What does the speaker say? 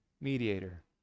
mediator